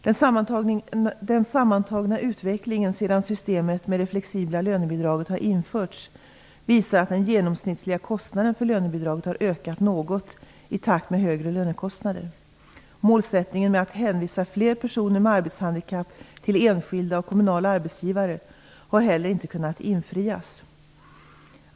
Den sammantagna utvecklingen sedan systemet med det flexibla lönebidraget har införts visar att den genomsnittliga kostnaden för lönebidraget har ökat något i takt med högre lönekostnader. Målsättningen att hänvisa fler personer med arbetshandikapp till enskilda och kommunala arbetsgivare har heller inte kunnat infrias.